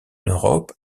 europe